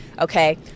okay